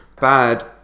bad